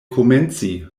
komenci